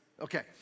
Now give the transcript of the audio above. Okay